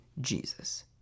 Jesus